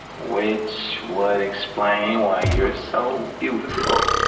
which would explain why you're so beautiful.